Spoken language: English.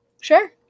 Sure